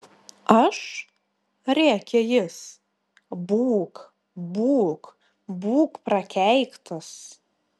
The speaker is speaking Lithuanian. aš rėkė jis būk būk būk prakeiktas